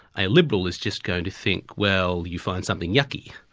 a liberal is just going to think, well, you find something yucky,